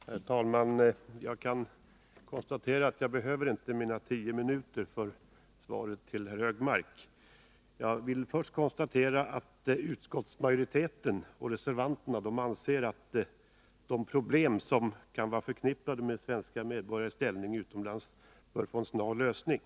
Nr 33 Herr talman! Jag kan efter herr Högmarks anförande konstatera att jag Onsdagen den inte behöver utnyttja mina tio minuter. Låt mig först konstatera att såväl 24 november 1982 utskottsmajoriteten som reservanterna anser att de problem som kan vara förknippade med svenska medborgares anställning utomlands bör få en snar De offentligrättslösning.